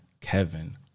Kevin